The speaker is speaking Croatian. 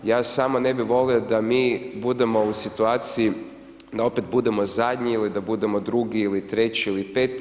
Ja samo ne bih volio da mi budemo u situaciji da opet budemo zadnji ili da budemo drugi ili treći ili peti.